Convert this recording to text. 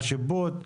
על שיפוט.